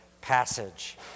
passage